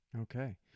Okay